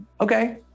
Okay